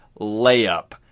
layup